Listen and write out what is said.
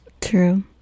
true